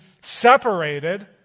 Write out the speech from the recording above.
separated